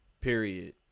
Period